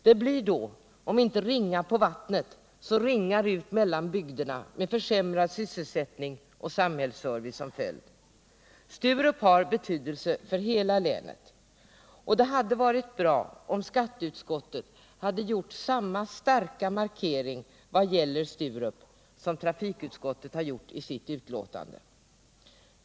Då blir det om inte ringar på vattnet så ringar ut i bygderna med försämrad sysselsättning och samhällsservice som följd. Sturup har betydelse för hela länet. Det hade varit bra om skatteutskottet hade gjort samma starka markering vad gäller Sturup som trafikutskottet har gjort i sitt betänkande.